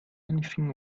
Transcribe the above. anything